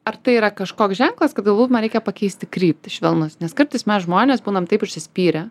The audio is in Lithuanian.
ar tai yra kažkoks ženklas kad galbūt man reikia pakeisti kryptį švelnus nes kartais mes žmonės būnam taip užsispyrę